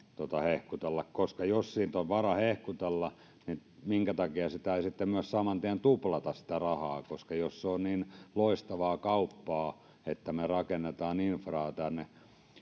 hehkutella koska jos sitä on varaa hehkutella niin minkä takia ei saman tien tuplata sitä rahaa jos se on niin loistavaa kauppaa että me rakennamme infraa tänne